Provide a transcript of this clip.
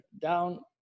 down